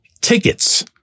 tickets